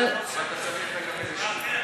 אבל אתה צריך לקבל אישור.